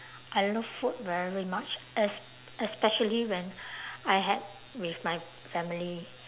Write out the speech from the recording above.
I love food very much es~ especially when I had with my family